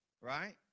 right